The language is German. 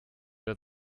der